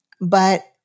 But-